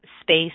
space